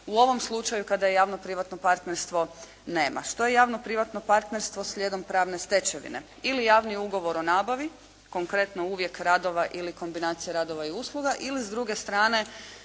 u ovom slučaju kada javno-privatno partnerstvo nema. Što je javno-privatno partnerstvo slijedom pravne stečevine? Ili javni ugovor o nabavi, konkretno uvijek radova ili kombinacija radova i usluga ili s druge strane